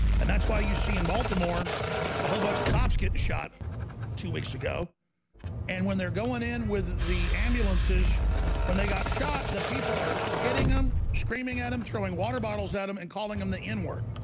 and that's why you see in baltimore a whole bunch of cops getting shot two weeks ago and when they're going in with the ambulances when they got shot the people are hitting them screaming at them throwing water bottles at them and calling them the n-word